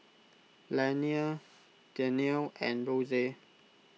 Lanie Danielle and Rose